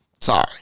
Sorry